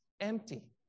empty